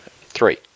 three